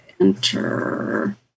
enter